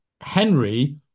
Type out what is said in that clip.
Henry